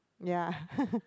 ya